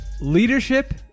leadership